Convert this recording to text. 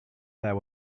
there